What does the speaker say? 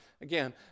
again